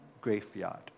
graveyard